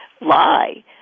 lie